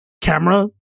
camera